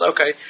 Okay